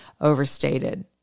overstated